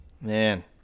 Man